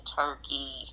turkey